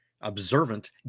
observant